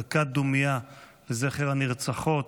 דקת דומייה לזכר הנרצחות,